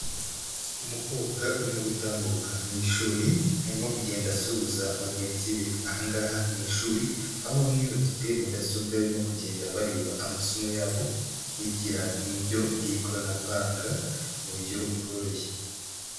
Umukobwa urimo gutambuka mu ishuri, arimo kugenda asuhuza bagenzi be, aha ngaha mu ishuri aho bamwe bafite mudasobwa barimo kugenda bareba amasomo yabo, bigira ku buryo bw'ikoranabuhanga mu buryo bworoshye.